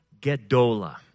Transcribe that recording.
gedola